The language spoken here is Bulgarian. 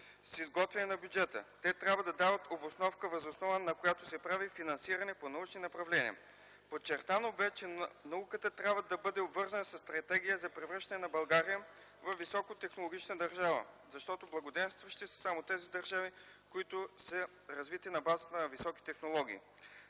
с изготвянето на бюджета. Те трябва да дават обосновката въз основа, на която се прави финансиране по научни направления. Подчертано бе, че науката трябва да бъде обвързана със стратегия за превръщане на България във високотехнологична държава, защото благоденстващи са само тези държави, които са развити на базата на високи технологии.